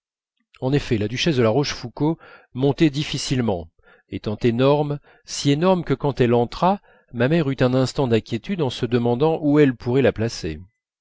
en effet la duchesse de la rochefoucauld montait difficilement étant énorme si énorme que quand elle entra ma mère eut un instant d'inquiétude en se demandant où elle pourrait la placer